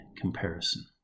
comparison